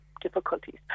difficulties